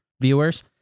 viewers